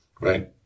right